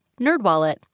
NerdWallet